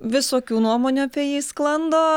visokių nuomonių apie jį sklando